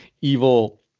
evil